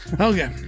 Okay